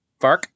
Fark